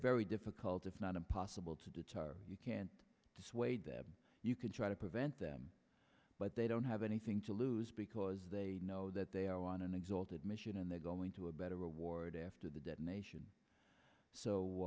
very difficult if not impossible to deter you can dissuade them you can try to prevent them but they don't have anything to lose because they know that they are on an exalted mission and they go into a better ward after the detonation so